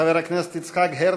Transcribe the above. (חברי הכנסת מקדמים בקימה את פני נשיא המדינה.)